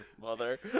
mother